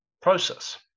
process